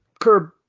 Curb